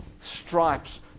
stripes